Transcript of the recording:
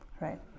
right